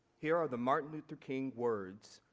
here are the martin luther king words,